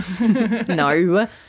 No